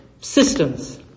systems